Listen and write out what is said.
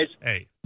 Hey